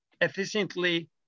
efficiently